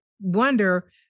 wonder